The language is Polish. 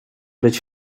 być